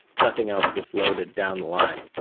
nothing else gets loaded down the line.